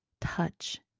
touch